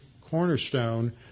cornerstone